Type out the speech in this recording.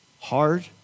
hard